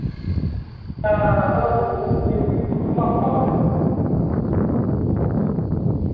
ᱟᱪᱪᱷᱟ ᱰᱟᱠᱛᱟᱨ ᱵᱟᱵᱩ ᱱᱤᱭᱟᱹ ᱠᱤ ᱯᱷᱩᱞᱠᱩᱥᱢᱟᱹ ᱦᱟᱸᱥᱯᱟᱛᱟᱞ ᱠᱟᱱᱟ